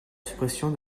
suppression